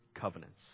covenants